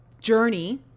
journey